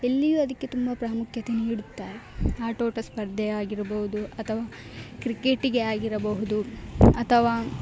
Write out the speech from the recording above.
ಎಲ್ಲಿಯೂ ಅದಕ್ಕೆ ತುಂಬ ಪ್ರಾಮುಖ್ಯತೆ ನೀಡುತ್ತಾರೆ ಆಟೋಟ ಸ್ಪರ್ಧೆ ಆಗಿರ್ಬೌದು ಅಥವಾ ಕ್ರಿಕೆಟಿಗೆ ಆಗಿರಬಹುದು ಅಥವಾ